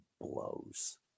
blows